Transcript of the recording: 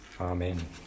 Amen